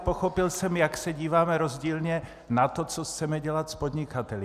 Pochopil jsem, jak se díváme rozdílně na to, co chceme dělat s podnikateli.